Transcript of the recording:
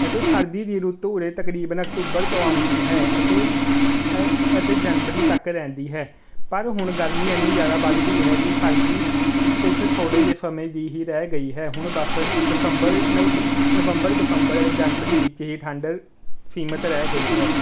ਅਤੇ ਸਰਦੀ ਦੀ ਰੁੱਤ ਉਰੇ ਤਕਰੀਬਨ ਅਕਤੂਬਰ ਤੋਂ ਆਉਂਦੀ ਹੈ ਅਤੇ ਅਤੇ ਜਨਵਰੀ ਤੱਕ ਰਹਿੰਦੀ ਹੈ ਪਰ ਹੁਣ ਗਰਮੀ ਇੰਨੀ ਜ਼ਿਆਦਾ ਵੱਧ ਗਈ ਹੈ ਕਿ ਸਰਦੀ ਕੁਛ ਥੋੜੇ ਜੇ ਸਮੇਂ ਦੀ ਹੀ ਰਹਿ ਗਈ ਹੈ ਹੁਣ ਬਸ ਦਸਬੰਰ ਨਵ ਨਵੰਬਰ ਦਸੰਬਰ ਅਤੇ ਜਨਵਰੀ ਵਿੱਚ ਹੀ ਠੰਡ ਸੀਮਿਤ ਰਹਿ ਗਈ ਹੈ